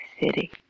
city